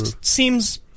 seems